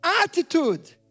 attitude